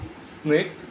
snake